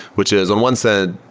which is on one side,